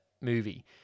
movie